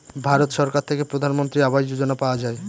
ভারত সরকার থেকে প্রধানমন্ত্রী আবাস যোজনা পাওয়া যায়